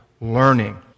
learning